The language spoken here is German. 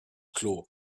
klo